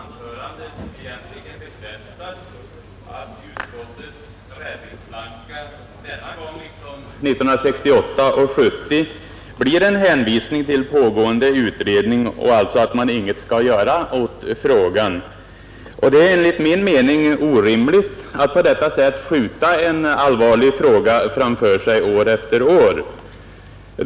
Herr talman! Herr Brandts anförande bekräftar egentligen att utskottets räddningsplanka denna gång liksom 1968 och 1970 blir en hänvisning till pågående utredning och att man alltså inte skall göra något åt frågan. Det är enligt min mening orimligt att på detta sätt skjuta en allvarlig fråga framför sig år efter år.